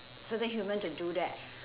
certain human to do that